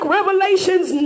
Revelations